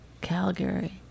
Calgary